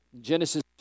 Genesis